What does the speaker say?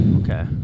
Okay